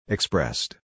Expressed